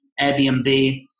Airbnb